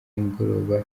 nimugoroba